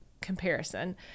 comparison